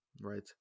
right